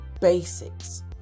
basics